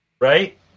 right